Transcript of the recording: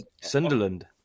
Sunderland